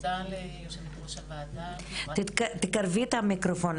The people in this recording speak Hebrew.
מודה ליושבת ראש הוועדה, חברת הכנסת